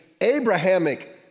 Abrahamic